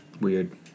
Weird